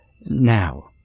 now